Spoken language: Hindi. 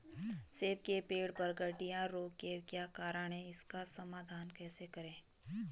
सेब के पेड़ पर गढ़िया रोग के क्या कारण हैं इसका समाधान कैसे करें?